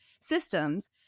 systems